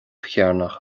chearnach